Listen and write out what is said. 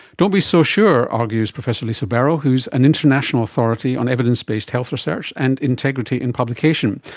don't be so sure, argues professor lisa bero who is an international authority on evidence-based health research and integrity in publication.